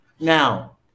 Now